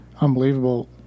Unbelievable